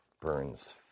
burns